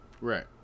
Right